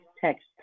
text